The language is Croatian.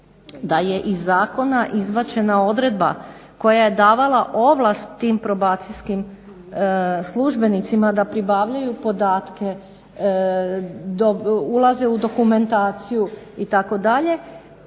da je iz zakona izvađena odredba koja je davala ovlast tim probacijskim službenicima da pribavljaju podatke, da ulaze u dokumentaciju itd.